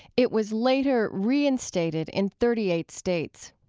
it was later reinstated in thirty eight states.